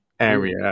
area